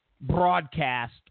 broadcast